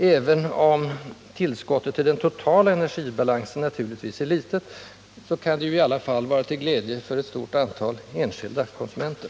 Även om tillskottet till den totala energibalansen naturligtvis är litet, kan det i alla fall vara till glädje för ett stort antal enskilda konsumenter.